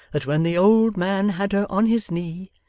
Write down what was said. that when the old man had her on his knee,